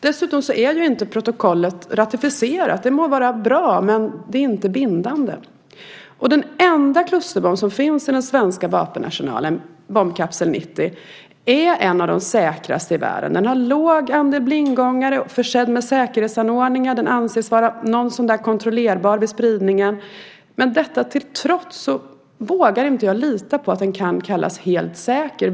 Dessutom är inte protokollet ratificerat. Det må vara bra, men det är inte bindande. Den enda klusterbomb som finns i den svenska vapenarsenalen, bombkapsel 90, är en av de säkraste i världen. Den har låg andel blindgångare, är försedd med säkerhetsanordningar och anses vara någotsånär kontrollerbar vid spridningen. Detta till trots vågar jag inte lita på att den kan kallas helt säker.